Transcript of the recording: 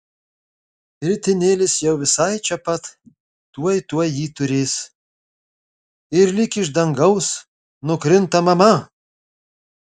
ritinėlis jau visai čia pat tuoj tuoj jį turės ir lyg iš dangaus nukrinta mama